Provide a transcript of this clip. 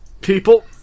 people